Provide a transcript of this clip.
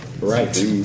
Right